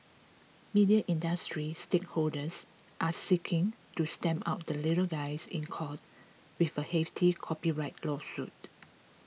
media industry stakeholders are seeking to stamp out the little guys in court with a hefty copyright lawsuit